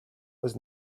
was